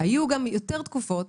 היו גם יותר תקופות,